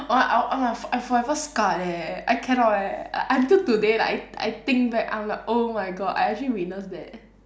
oh I I I forever scarred eh I cannot leh until today like I I think back I'm like oh my god I actually witnessed that